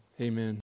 Amen